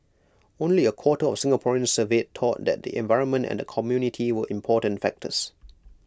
only A quarter of Singaporeans surveyed thought that the environment and the community were important factors